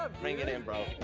ah bring it in, bro.